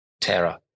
Terra